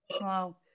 Wow